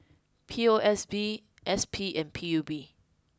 P O S B S P and P U B